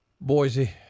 Boise